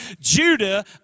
Judah